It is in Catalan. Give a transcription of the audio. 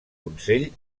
consell